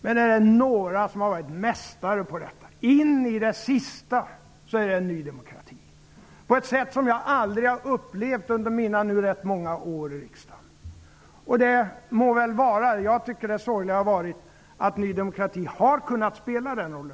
Men om det är några som har varit mästare på detta ända in i det sista, så är det Ny demokrati! Det har varit på ett sätt som jag aldrig tidigare har upplevt under mina rätt många år i riksdagen. Det må väl vara. Jag tycker att det sorgliga är att Ny demokrati har kunnat spela en roll.